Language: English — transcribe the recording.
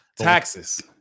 Taxes